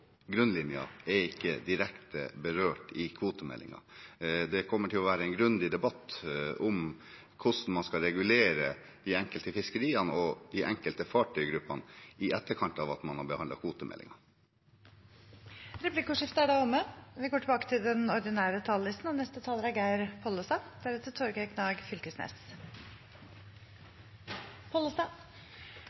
er ikke direkte berørt i kvotemeldingen. Det kommer til å være en grundig debatt om hvordan man skal regulere de enkelte fiskeriene og de enkelte fartøygruppene i etterkant av at man har behandlet kvotemeldingen. Replikkordskiftet er omme. Senterpartiet har eit hjarte for fiskeria langs heile kysten. Anten det er